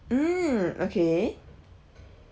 mm okay